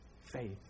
faith